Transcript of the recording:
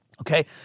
Okay